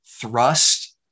thrust